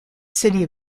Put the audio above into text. city